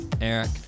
Eric